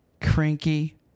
cranky